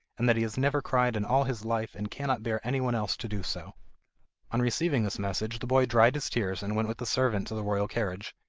and that he has never cried in all his life and cannot bear anyone else to do so on receiving this message the boy dried his tears and went with the servant to the royal carriage.